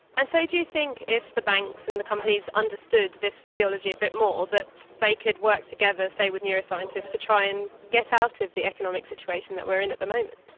and so do you think if the banks and the companies understood this physiology a bit more, that they could work together, say, with neuroscientists to try and get out of the economic situation that we're in at the moment?